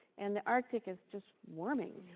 and the arctic is just warming.